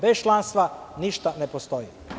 Bez članstva ništa ne postoji.